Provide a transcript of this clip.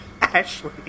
Ashley